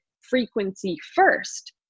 frequency-first